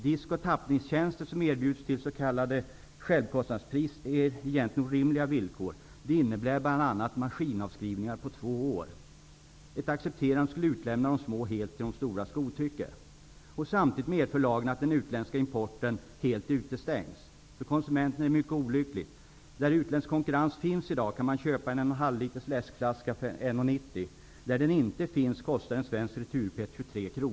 De disk och tappningstjänster som erbjudits till s.k. självkostnadspris är egentligen orimliga villkor. Det innebär bl.a. maskinavskrivningar på två år. Ett accepterande skulle utelämna de små helt åt de storas godtycke. Samtidigt medför lagen att den utländska importen helt utestängs. För konsumenten är detta mycket olyckligt. Där utländsk konkurrens finns kan man i dag köpa en läskflaska på 1,5 liter för 9:90 kr., och där den inte finns kostar en svensk retur-PET 23 kr.